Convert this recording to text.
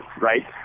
right